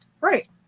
Right